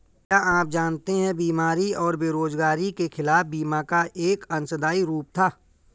क्या आप जानते है बीमारी और बेरोजगारी के खिलाफ बीमा का एक अंशदायी रूप था?